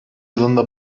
yılında